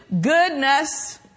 goodness